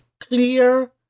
clear